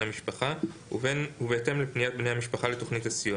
המשפחה ובהתאם לפניית בני המשפחה לתוכנית הסיוע.